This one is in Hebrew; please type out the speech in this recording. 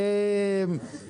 אנחנו עוסקים